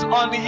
on